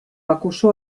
acusó